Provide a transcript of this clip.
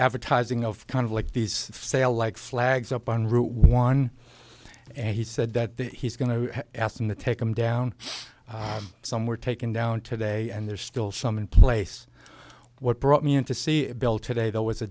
advertising of kind of like these sale like flags up on route one and he said that he's going to ask them to take them down some were taken down today and there's still some in place what brought me in to see a bill today that was a